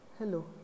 Hello